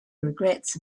regrets